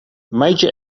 major